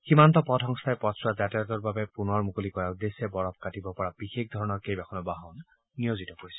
সীমান্ত পথ সংস্থাই পথছোৱা যাতায়াতৰ বাবে পুনৰ মুকলি কৰাৰ উদ্দেশ্যে বৰফ কাটিব পৰা বিশেষ ধৰণৰ কেইবাখনো বাহন নিয়োজিত কৰিছে